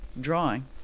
drawing